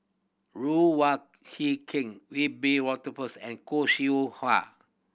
Ruth Wong Hie King Wiebe Wolters and Khoo Seow Hwa